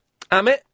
Amit